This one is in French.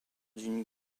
d’une